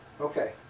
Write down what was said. okay